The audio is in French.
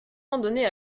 randonnées